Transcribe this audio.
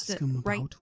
Right